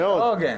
זה לא הוגן.